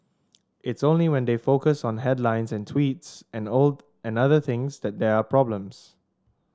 it's only when they focus on headlines and tweets and old and other things that they are problems